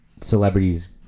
celebrities